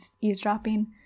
eavesdropping